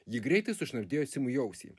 ji greitai sušnabždėjo simui į ausį